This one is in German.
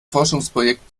forschungsprojekt